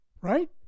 right